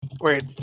Wait